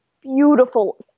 beautiful